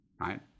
right